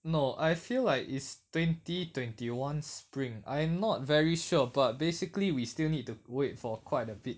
no I feel like it's twenty twenty one spring I not very sure but basically we still need to wait for quite a bit